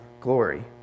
glory